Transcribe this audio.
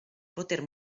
poter